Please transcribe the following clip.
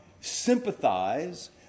sympathize